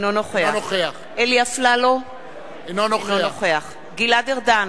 אינו נוכח אלי אפללו, אינו נוכח גלעד ארדן,